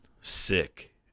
sick